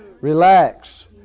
Relax